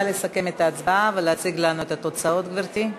נא לסכם את ההצבעה ולהציג לנו את התוצאות, גברתי.